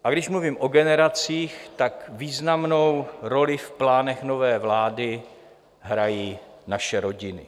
A když mluvím o generacích, tak významnou roli v plánech nové vlády hrají naše rodiny.